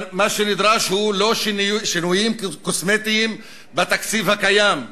מה שנדרש הוא לא שינויים קוסמטיים בתקציב הקיים.